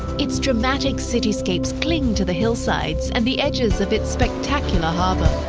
it's dramatic cityscapes cling to the hillsides and the edges of its spectacular harbor.